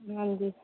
ਹਾਂਜੀ